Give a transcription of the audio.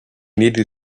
needed